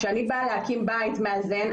כשאני באה להקים בית מאזן,